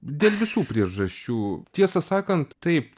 dėl visų priežasčių tiesą sakant taip